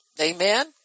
Amen